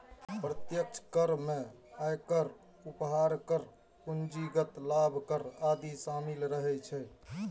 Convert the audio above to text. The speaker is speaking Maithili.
प्रत्यक्ष कर मे आयकर, उपहार कर, पूंजीगत लाभ कर आदि शामिल रहै छै